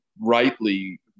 rightly